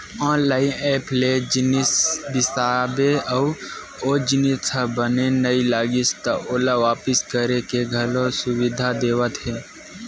online app ले जिनिस बिसाबे अउ ओ जिनिस ह बने नइ लागिस त ओला वापिस करे के घलो सुबिधा देवत हे